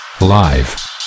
Live